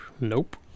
Nope